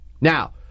Now